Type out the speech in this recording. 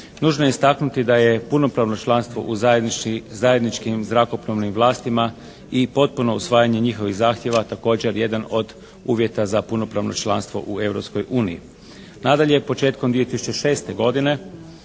Nužno je istaknuti da je punopravno članstvo u zajedničkim zrakoplovnim vlastima i potpuno usvajanje njihovih zahtjeva također jedan od uvjeta za punopravno članstvo u Europskoj uniji. Nadalje, početkom 2006. godine